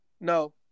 No